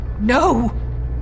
No